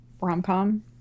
rom-com